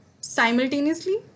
simultaneously